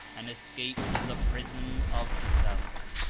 and escape from the prison of the self.